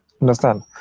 Understand